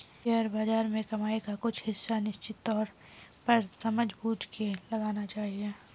share बाज़ार में कमाई का कुछ हिस्सा निश्चित तौर पर समझबूझ के साथ लगाना चहिये